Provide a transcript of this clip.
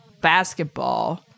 basketball